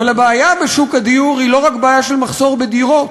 אבל הבעיה בשוק הדיור היא לא רק בעיה של מחסור בדירות,